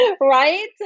Right